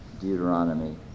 Deuteronomy